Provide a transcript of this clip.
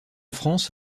france